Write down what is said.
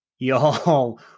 Y'all